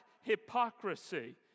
hypocrisy